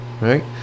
right